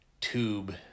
tube